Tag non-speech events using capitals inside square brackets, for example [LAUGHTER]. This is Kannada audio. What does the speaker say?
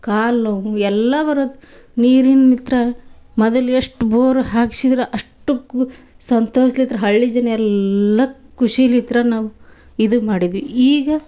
ಕಾಲು ನೋವು ಎಲ್ಲ ಬರ್ತೆ ನೀರು [UNINTELLIGIBLE] ಮೊದಲು ಎಷ್ಟು ಬೋರ್ ಹಾಕ್ಸಿದ್ರ್ ಅಷ್ಟಕ್ಕೂ ಸಂತೋಷ್ಲಿಂತ ಹಳ್ಳಿ ಜನ ಎಲ್ಲ ಖುಷಿಲಿದ್ರು ನಾವು ಇದು ಮಾಡಿದ್ವಿ ಈಗ